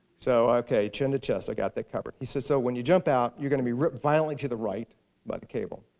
so ok, chin to chest. i got that covered. he said, so when you jump out, you're going to be ripped violently to the right by the cable.